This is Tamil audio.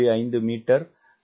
5 மீட்டர்வினாடி